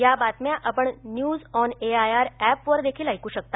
या बातम्या आपण न्यज ऑन एआयआर ऍपवर देखील ऐकू शकता